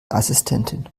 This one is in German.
assistentin